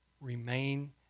remain